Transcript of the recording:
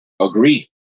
agree